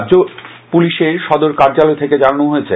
রাজ্য পুলিশের সদর কার্যালয় থেকে জানানো হয়েছে